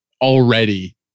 Already